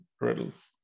riddles